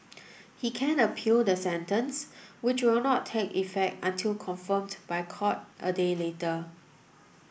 he can appeal the sentence which will not take effect until confirmed by court a day later